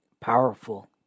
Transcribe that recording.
powerful